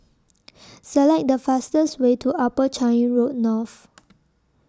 Select The fastest Way to Upper Changi Road North